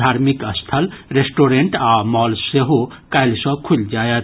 धार्मिक स्थल रेस्टोरेंट आ मॉल सेहो काल्हि सॅ खुलि जायत